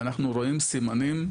ואנחנו רואים סימנים,